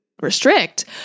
restrict